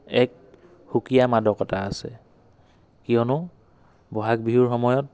এক সুকীয়া মাদকতা আছে কিয়নো বহাগ বিহুৰ সময়ত